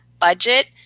budget